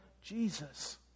Jesus